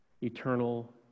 eternal